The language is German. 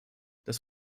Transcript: das